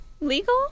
legal